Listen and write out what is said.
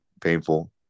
painful